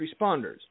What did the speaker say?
responders